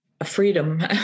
Freedom